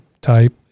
type